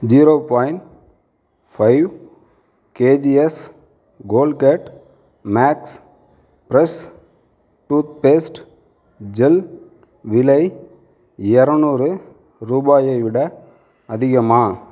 zero point five KGs Colgate max fresh toothpaste gel விலை இரநூறு ரூபாயை விட அதிகமா